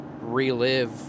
relive